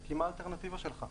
כי מה האלטרנטיבה שלך?